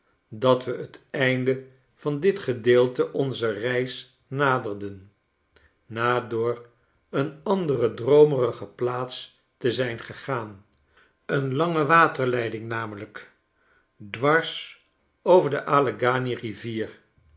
dat we het einde van dit gedeelte onzer reis naderden na door een andere droomerige plaats te zijn gegaan een lange waterleiding nameliik dwars over dealleghanyrivier